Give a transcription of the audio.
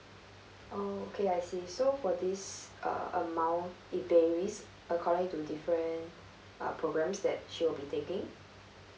oh okay I see so for this uh amount it varies according to different uh programs that she will be taking